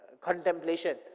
contemplation